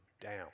down